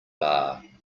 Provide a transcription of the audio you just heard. bar